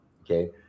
Okay